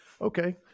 Okay